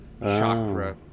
chakra